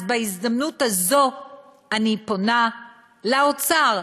אז בהזדמנות הזאת אני פונה לאוצר,